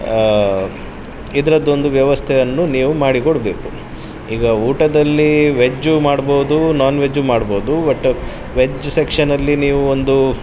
ಇದರದ್ದೊಂದು ವ್ಯವಸ್ಥೆಯನ್ನು ನೀವು ಮಾಡಿಕೊಡಬೇಕು ಈಗ ಊಟದಲ್ಲಿ ವೆಜ್ಜು ಮಾಡ್ಬೋದು ನಾನ್ ವೆಜ್ಜು ಮಾಡ್ಬೋದು ಬಟ್ ವೆಜ್ ಸೆಕ್ಷನಲ್ಲಿ ನೀವು ಒಂದು